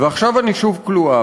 ועכשיו אני שוב כלואה,